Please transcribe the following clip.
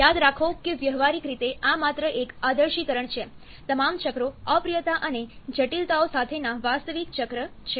યાદ રાખો કે વ્યવહારીક રીતે આ માત્ર એક આદર્શીકરણ છે તમામ ચક્રો અપ્રિયતા અને જટિલતાઓ સાથેના વાસ્તવિક ચક્ર છે